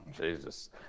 Jesus